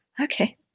Okay